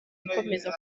ikomeza